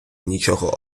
нічого